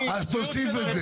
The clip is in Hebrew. אז תוסיף את זה.